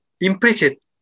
implicit